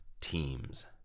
teams